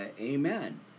Amen